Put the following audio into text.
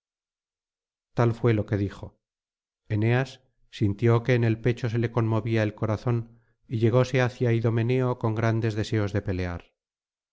tal fué lo que dijo eneas sintió que en el pecho se le conmovía el corazón y llegóse hacia idomeneo con grandes deseos de pelear